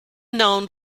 known